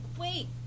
wait